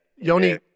Yoni